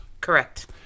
Correct